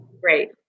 Great